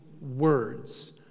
words